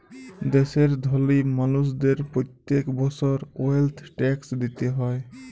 দ্যাশের ধলি মালুসদের প্যত্তেক বসর ওয়েলথ ট্যাক্স দিতে হ্যয়